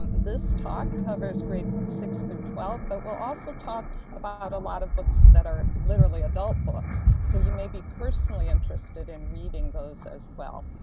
this talk covers grades six through twelve. but we'll also talk about a lot of books that are literally adult books. so you may be personally interested in reading those as well.